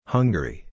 Hungary